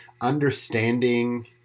understanding